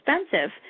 expensive